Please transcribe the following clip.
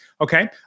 okay